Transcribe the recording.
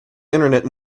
internet